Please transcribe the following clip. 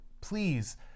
please